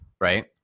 right